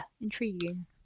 intriguing